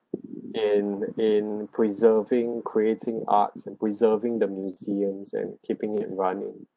and in preserving creating arts and preserving the museums and keeping it running